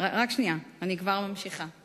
מי שיעמוד בקריטריונים הרגילים, ימשיך להיתמך.